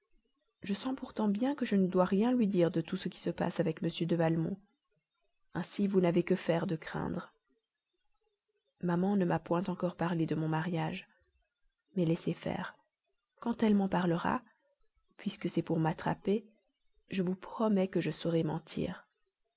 je sens pourtant bien que je ne dois rien lui dire de tout ce qui se passe avec m de valmont ainsi vous n'avez que faire de craindre maman ne m'a point encore parlé de mon mariage mais laissez faire quand elle m'en parlera puisque c'est pour m'attraper je vous promets que je saurai mentir